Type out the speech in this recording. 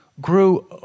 grew